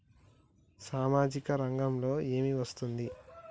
సామాజిక రంగంలో ఏమి వస్తుంది?